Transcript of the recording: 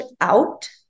out